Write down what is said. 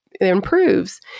improves